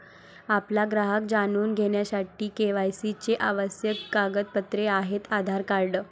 आपला ग्राहक जाणून घेण्यासाठी के.वाय.सी चे आवश्यक कागदपत्रे आहेत आधार कार्ड